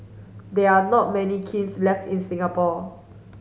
there are not many kilns left in Singapore